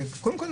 קודם כול,